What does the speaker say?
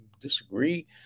disagree